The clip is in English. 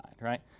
right